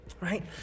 right